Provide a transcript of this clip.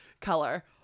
color